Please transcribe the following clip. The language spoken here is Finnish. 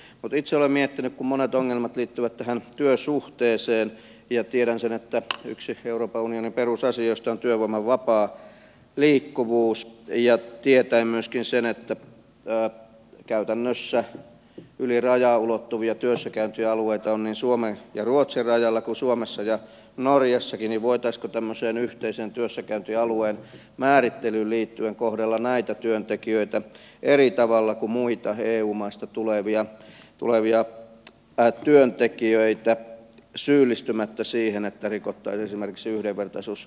itse olen miettinyt kun monet ongelmat liittyvät tähän työsuhteeseen ja tiedän sen että yksi euroopan unionin perusasioista on työvoiman vapaa liikkuvuus ja tietäen myöskin sen että käytännössä yli rajan ulottuvia työssäkäyntialueita on niin suomen ja ruotsin rajalla kuin suomessa ja norjassakin voitaisiinko tämmöiseen yhteiseen työssäkäyntialueen määrittelyyn liittyen kohdella näitä työntekijöitä eri tavalla kuin muita eu maista tulevia työntekijöitä syyllistymättä siihen että rikottaisiin esimerkiksi yhdenvertaisuusdirektiiviä